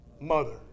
Mother